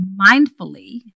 mindfully